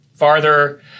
Farther